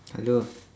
hello